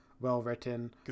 well-written